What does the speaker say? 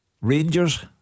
Rangers